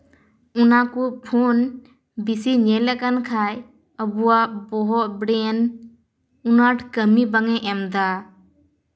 ᱚᱱᱟ ᱠᱚ ᱯᱷᱳᱱ ᱵᱮᱥᱤ ᱧᱮᱞ ᱟᱠᱟᱱ ᱠᱷᱟᱱ ᱟᱵᱚᱣᱟᱜ ᱵᱚᱦᱚᱜ ᱵᱨᱮᱱ ᱩᱱᱟᱹ ᱟᱸᱴ ᱠᱟᱹᱢᱤ ᱵᱟᱝᱮ ᱮᱢᱫᱟ